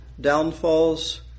downfalls